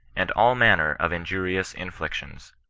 and all manner of injurious iiuflictions.